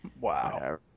wow